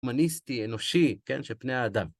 הומניסטי, אנושי, כן, של פני האדם.